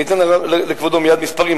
אני אתן לכבודו מייד מספרים,